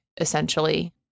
essentially